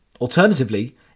Alternatively